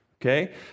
okay